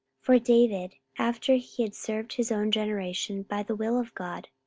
for david, after he had served his own generation by the will of god,